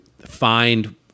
find